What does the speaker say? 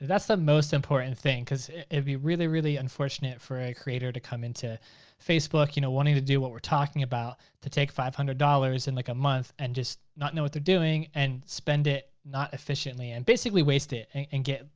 that's the most important thing, cause it'd be really really unfortunate for a creator to come into facebook, you know wanting to do what we're talking about, to take five hundred dollars in like a month and just not know what they're doing, and spend it not efficiently, and basically waste it, and get